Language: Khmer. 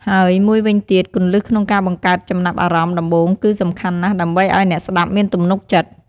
ហើយមួយវិញទៀតគន្លឹះក្នុងការបង្កើតចំណាប់អារម្មណ៍ដំបូងគឺសំខាន់ណាស់ដើម្បីឲ្យអ្នកស្ដាប់មានទំនុកចិត្ត។